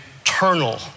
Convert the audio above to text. eternal